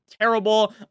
terrible